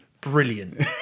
brilliant